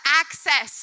access